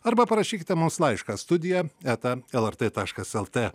arba parašykite mums laišką studija eta lrt taškas lt